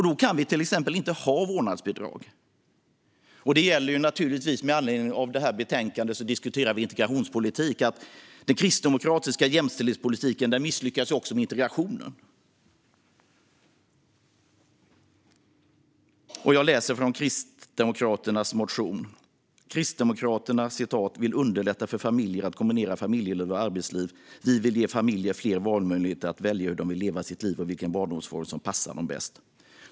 Då kan vi till exempel inte ha vårdnadsbidrag. Med anledning av det här betänkandet diskuterar vi även integrationspolitik, och den kristdemokratiska jämställdhetspolitiken misslyckas naturligtvis också med integrationen. Jag läser från Kristdemokraternas motion: "Kristdemokraterna vill underlätta för familjer att kombinera familjeliv och arbetsliv. Vi vill ge familjer fler valmöjligheter att välja hur de vill leva sitt liv och vilken barnomsorgsform som passar dem bäst."